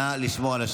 נא לשמור על השקט.